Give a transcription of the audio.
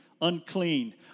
unclean